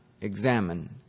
examine